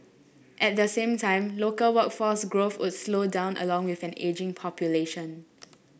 at the same time local workforce growth would slow down along with an ageing population